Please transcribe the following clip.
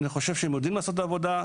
אני חושב שהם יודעים לעשות את העבודה,